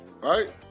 right